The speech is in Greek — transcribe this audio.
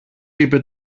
είπε